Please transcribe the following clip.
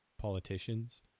politicians